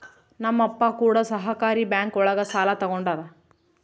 ನಮ್ ಅಪ್ಪ ಕೂಡ ಸಹಕಾರಿ ಬ್ಯಾಂಕ್ ಒಳಗ ಸಾಲ ತಗೊಂಡಾರ